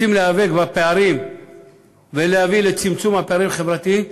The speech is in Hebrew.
רוצים להיאבק בפערים ולהביא לצמצום הפערים החברתיים,